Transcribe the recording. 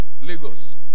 Lagos